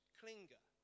clinger